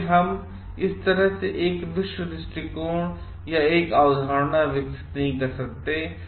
इसलिए हम इस तरह से एक विश्व दृष्टिकोण या एक अवधारणा विकसित नहीं कर सकते हैं